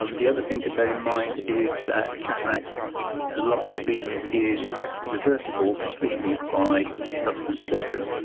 um the other thing to bear in mind is that cataracts loss of vision is reversible completely by subsequent surgery.